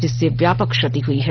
जिससे व्यापक क्षति हुई है